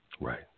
Right